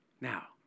Now